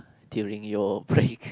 during your break